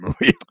movie